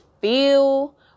feel